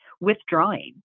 Withdrawing